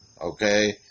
Okay